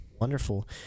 wonderful